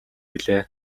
билээ